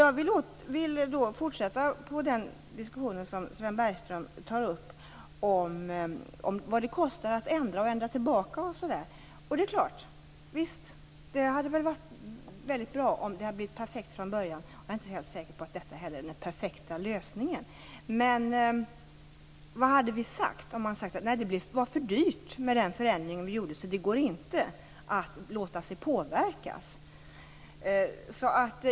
Jag vill fortsätta den diskussion som Sven Bergström tar upp om vad det kostar att ändra och ändra tillbaka. Visst hade det varit bra om det hade blivit perfekt från början. Jag är inte helt säker på att detta är den perfekta lösningen heller. Men vad hade vi sagt om man hade sagt att den förändring vi gjorde blev för dyr och att det därför inte gick att låta sig påverkas?